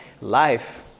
life